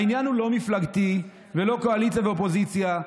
העניין הוא לא מפלגתי ולא קואליציה ואופוזיציה.